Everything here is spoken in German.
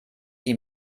die